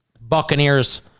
Buccaneers